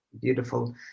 beautiful